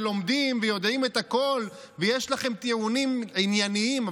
לומדים ויודעים את הכול ויש לכם טיעונים ענייניים,